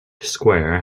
square